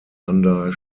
under